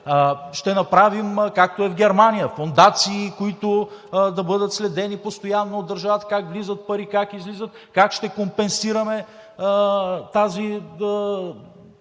ще направим, както е в Германия – фондации, които да бъдат следени от държавата как влизат пари, как излизат, как ще компенсираме